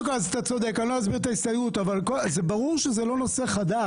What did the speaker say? אני לא אסביר את ההסתייגות אבל זה ברור שזה לא נושא חדש.